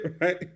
right